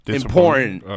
important